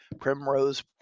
primrose